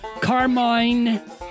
Carmine